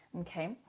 Okay